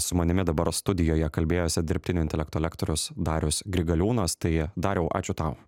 su manimi dabar studijoje kalbėjosi dirbtinio intelekto lektorius darius grigaliūnas tai dariau ačiū tau